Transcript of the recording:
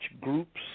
groups